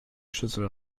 schüssel